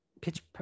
pitch